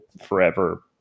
forever